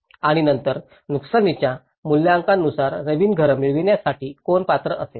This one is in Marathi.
आणि नंतर नुकसानीच्या मूल्यांकनानुसार नवीन घर मिळविण्यासाठी कोण पात्र असेल